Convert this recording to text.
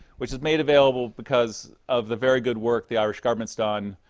which is made available because of the very good work the irish government's done